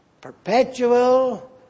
perpetual